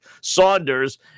Saunders